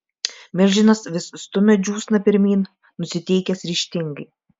milžinas vis stumia džiūsną pirmyn nusiteikęs ryžtingai